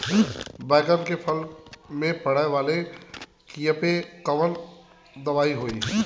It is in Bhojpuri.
बैगन के फल में पड़े वाला कियेपे कवन दवाई होई?